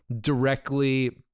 directly